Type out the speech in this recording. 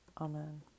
Amen